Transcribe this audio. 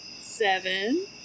Seven